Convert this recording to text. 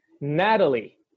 Natalie